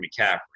McCaffrey